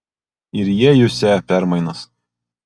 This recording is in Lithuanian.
ir jie jusią permainas